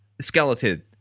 skeleton